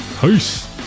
Peace